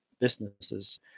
businesses